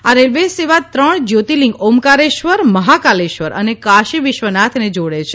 આ રેલ્વે સેવા ત્રણ જ્યોતિલિંગ ઓમકારેશ્વર મહાકેલશ્વર અને કાશી વિશ્ર્વાનાથને જોડે છે